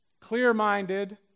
clear-minded